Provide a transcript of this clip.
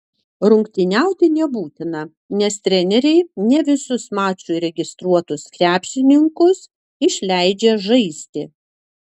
rungtyniauti nebūtina nes treneriai ne visus mačui registruotus krepšininkus išleidžia žaisti